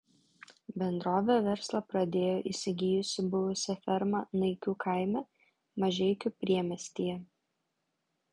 bendrovė verslą pradėjo įsigijusi buvusią fermą naikių kaime mažeikių priemiestyje